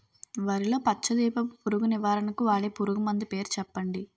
వరిలో పచ్చ దీపపు పురుగు నివారణకు వాడే పురుగుమందు పేరు చెప్పండి?